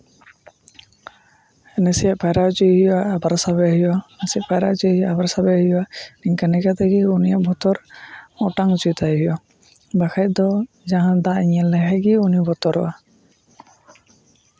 ᱱᱟᱥᱮᱭᱟᱜ ᱯᱟᱭᱨᱟ ᱦᱚᱪᱚᱭᱮ ᱦᱩᱭᱩᱜᱼᱟ ᱟᱵᱟᱨ ᱥᱟᱵᱮ ᱦᱩᱭᱩᱜᱼᱟ ᱱᱟᱥᱮᱭᱟᱜ ᱯᱟᱭᱨᱟ ᱦᱚᱪᱚᱭᱮ ᱦᱩᱭᱩᱜᱼᱟ ᱟᱵᱟᱨ ᱥᱟᱵᱮ ᱦᱩᱭᱩᱜᱼᱟ ᱤᱝᱠᱟᱹ ᱱᱤᱝᱠᱟᱹ ᱛᱮᱜᱮ ᱩᱱᱤᱭᱟᱜ ᱵᱚᱛᱚᱨ ᱚᱴᱟᱝ ᱦᱚᱪᱚᱭ ᱛᱟᱭ ᱦᱩᱭᱩᱜᱼᱟ ᱵᱟᱠᱷᱟᱡ ᱫᱚ ᱡᱟᱦᱟᱱ ᱫᱟᱜ ᱧᱮᱞ ᱞᱮᱠᱷᱟᱡ ᱜᱮ ᱩᱱᱤᱭ ᱵᱚᱛᱚᱨᱚᱜᱼᱟ